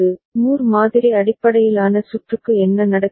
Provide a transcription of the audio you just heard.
எனவே இது உங்கள் மீலி மாதிரி அடிப்படையிலான சுற்று எனவே 4 மாநிலங்கள் தேவை